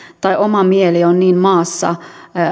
tai oma mieli on niin maassa